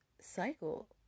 cycle